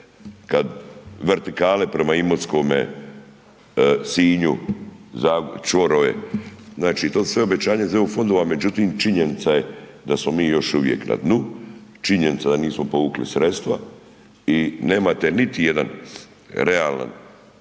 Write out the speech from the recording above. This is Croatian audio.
se ne razumije/… čvorove, znači, to su sve obećanja iz EU fondova, međutim, činjenica je da smo mi još uvijek na dnu, činjenica da nismo povukli sredstva i nemate niti jedan realan